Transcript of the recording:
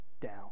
down